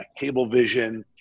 Cablevision